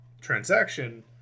transaction